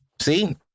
See